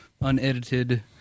unedited